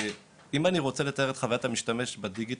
אם אני רוצה לתאר את חווית המשתמש בדיגיטל,